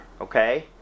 Okay